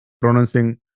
pronouncing